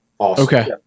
okay